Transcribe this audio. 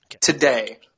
Today